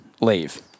leave